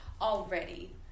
already